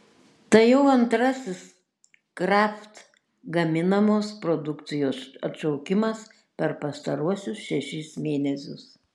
tai jau antrasis kraft gaminamos produkcijos atšaukimas per pastaruosius šešis mėnesius